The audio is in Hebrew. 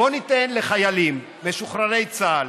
בוא ניתן לחיילים משוחררי צה"ל,